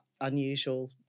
unusual